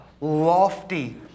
lofty